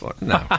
No